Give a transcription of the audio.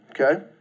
Okay